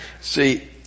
See